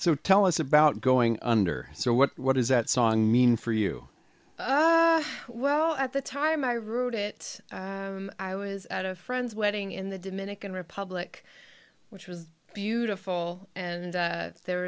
so tell us about going under so what does that song mean for you oh well at the time i wrote it i was at a friend's wedding in the dominican republic which was beautiful and there